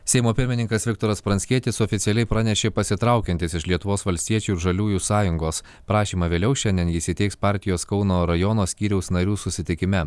seimo pirmininkas viktoras pranckietis oficialiai pranešė pasitraukiantis iš lietuvos valstiečių ir žaliųjų sąjungos prašymą vėliau šiandien jis įteiks partijos kauno rajono skyriaus narių susitikime